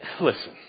listen